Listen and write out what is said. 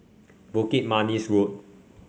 Bukit Manis Road